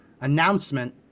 announcement